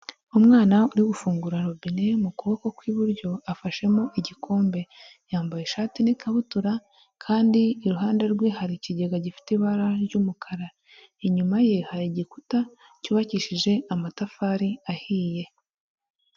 Umwana uri gufungura robine mu kuboko kw'iburyo afashemo igikombe, yambaye ishati n'ikabutura kandi iruhande rwe hari ikigega gifite ibara ry'umukara, inyuma ye hari igikuta cyubakishije amatafari ahiye.